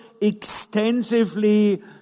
extensively